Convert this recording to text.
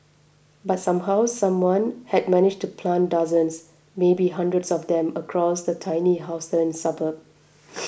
but somehow someone had managed to plant dozens maybe hundreds of them across the tiny Houston suburb